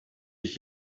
ich